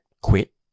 quit